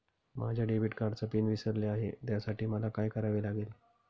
माझ्या डेबिट कार्डचा पिन विसरले आहे त्यासाठी मला काय करावे लागेल?